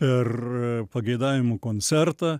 per pageidavimų koncertą